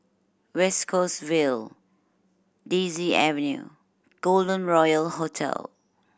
West Coast Vale Daisy Avenue Golden Royal Hotel